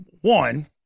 one